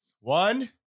One